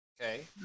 Okay